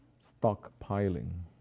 stockpiling